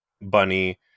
bunny